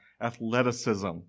athleticism